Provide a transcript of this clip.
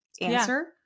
answer